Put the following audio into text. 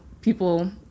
people